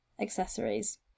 accessories